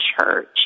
church